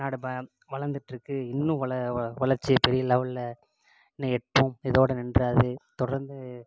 நாடு இப்போ வளர்ந்துட்ருக்கு இன்னும் வளர வளர்ச்சி பெரிய லெவெலில் இன்னும் எட்டும் இதோடு நின்றாது தொடர்ந்து